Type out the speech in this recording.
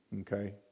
okay